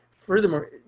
furthermore